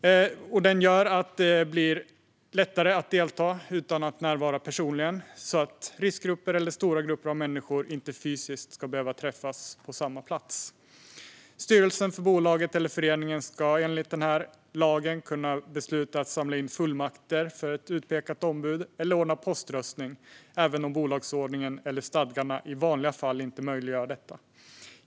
Den gör att det blir lättare att delta utan att närvara personligen, så att riskgrupper eller stora grupper av människor inte fysiskt ska behöva träffas på samma plats. Styrelsen för bolaget eller föreningen ska enligt denna lag kunna besluta om att samla in fullmakter för ett utpekat ombud eller ordna poströstning, även om bolagsordningen eller stadgarna i vanliga fall inte möjliggör detta.